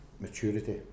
maturity